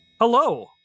Hello